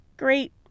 great